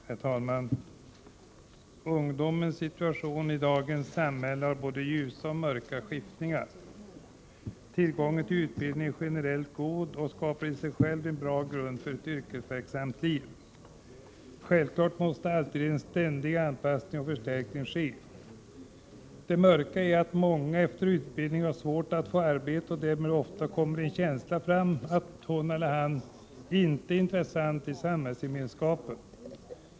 Herr talman! Ungdomens situation i dagens samhälle har både ljusa och mörka skiftningar. Tillgången på utbildning är generellt god och skapar i sig en bra grund för ett yrkesverksamt liv. Självfallet måste alltid en ständig anpassning och förstärkning ske. Det mörka är att många efter utbildningen har svårt att få arbete, och därmed kommer ofta en känsla fram av att hon eller han inte är intressant i samhällsgemenskapen.